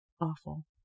awful